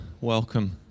welcome